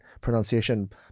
pronunciation